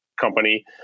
company